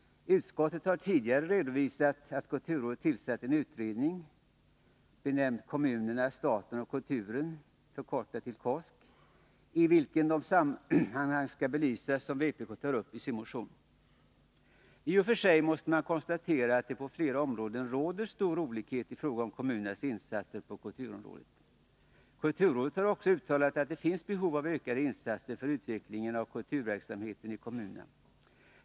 Utskottet har tidigare redovisat att kulturrådet har tillsatt en utredning, benämnd Kommunerna, staten och kulturen — KOSK -— i vilken de sammanhang skall belysas som vpk tar upp i sin motion. I och för sig måste man konstatera att det på flera områden råder stor olikhet i frågan om kommunernas insatser på kulturområdet. Kulturrådet har också uttalat att det finns behov av ökade insatser för utveckling av kulturverksamheten i kommunerna.